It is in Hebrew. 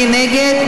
מי נגד?